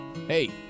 Hey